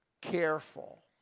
careful